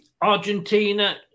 Argentina